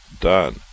done